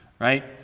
right